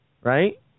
right